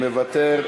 מוותר.